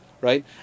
right